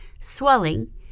swelling